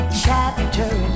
chapter